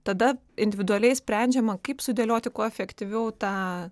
tada individualiai sprendžiama kaip sudėlioti kuo efektyviau tą